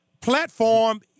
platform